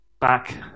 Back